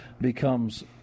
becomes